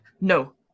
No